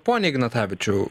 pone ignatavičiau